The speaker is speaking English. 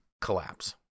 collapse